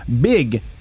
big